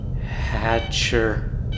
Hatcher